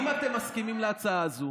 אם אתם מסכימים להצעה הזו,